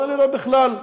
או בכלל,